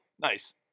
Nice